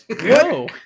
Whoa